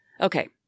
Okay